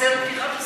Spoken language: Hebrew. אוסר פתיחת עסקים.